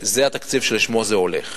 זה התקציב, לשם זה הולך.